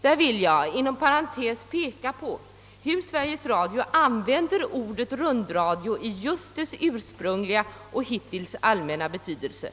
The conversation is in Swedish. Inom parentes vill jag peka på att Sveriges Radio använder ordet rundradio i just dess ursprungliga och hittills allmänna betydelse.